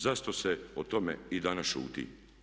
Zašto se o tome i danas šuti?